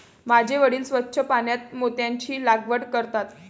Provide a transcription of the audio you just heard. माझे वडील स्वच्छ पाण्यात मोत्यांची लागवड करतात